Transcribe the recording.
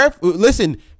listen